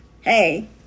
Hey